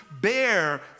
bear